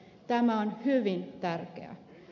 tämä on hyvin tärkeää